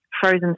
frozen